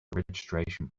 registration